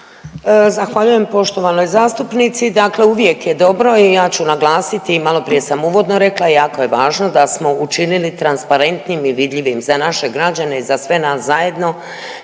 Zahvaljujem poštovanoj zastupnici. Dakle, uvijek je dobro i ja ću naglasiti i malo prije sam uvodno rekla jako je važno da smo učinili transparentnijim i vidljivijim za naše građane i za sve nas zajedno